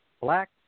black